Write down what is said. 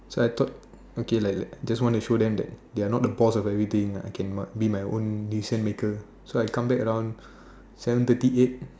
so I thought okay like let just wanna show them that they are not the boss of everything like I can what be my own decision maker so I come back around seven thirty eight